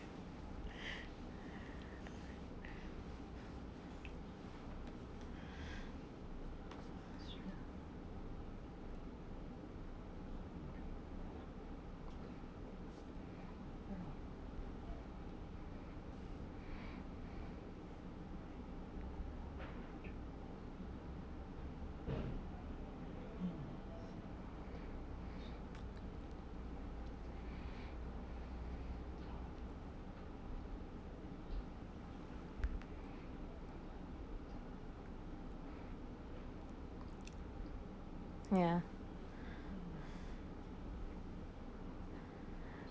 ya